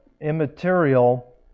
immaterial